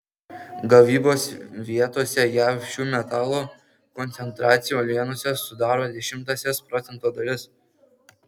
gavybos vietose jav šių metalų koncentracija uolienose sudaro dešimtąsias procento dalis